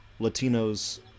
Latinos